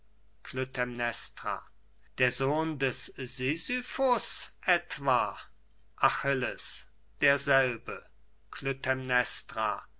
der sohn des sisyphus etwa achilles derselbe